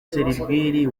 serwiri